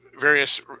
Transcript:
various